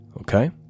Okay